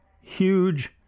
huge